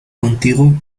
contigo